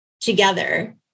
together